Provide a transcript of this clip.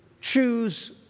choose